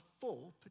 full